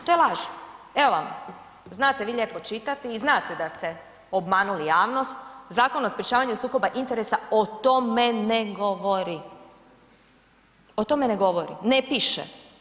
Evo vam znate vi lijepo čitati i znate da ste obmanuli javnost, Zakon o sprečavanju sukoba interesa o tome ne govori, o tome ne govori, ne piše.